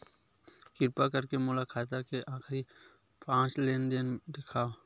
किरपा करके मोला मोर खाता के आखिरी पांच लेन देन देखाव